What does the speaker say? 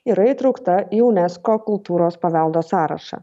yra įtraukta į junesko kultūros paveldo sąrašą